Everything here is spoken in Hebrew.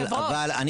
אבל,